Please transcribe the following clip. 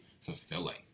fulfilling